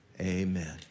amen